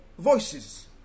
voices